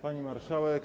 Pani Marszałek!